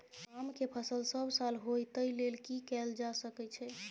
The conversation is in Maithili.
आम के फसल सब साल होय तै लेल की कैल जा सकै छै?